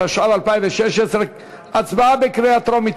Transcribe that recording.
התשע"ו 2016. הצבעה בקריאה טרומית,